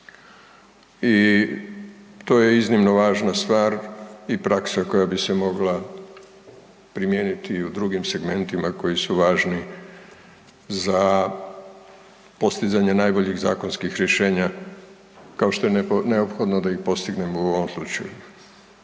I to je iznimno važna stvar i praksa koja bi se mogla primijeniti i u drugim segmentima koji su važni za postizanje najboljih zakonskih rješenja kao što je neophodno da ih postignemo u ovom slučaju.